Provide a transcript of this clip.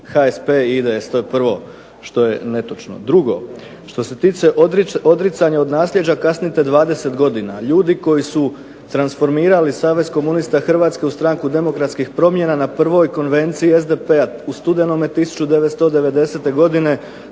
HSP i IDS to je prvo što je netočno. Drugo, što se tiče odricanja od nasljeđa kasnite 20 godina. Ljudi koji su transformirali Savez komunista Hrvatske u stranku Demokratskih promjena na 1. Konvenciji SDP-a u studenome 1990. godine